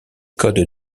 codes